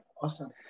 awesome